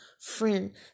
friend